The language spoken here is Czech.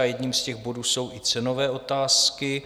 Jedním z těch bodů jsou i cenové otázky.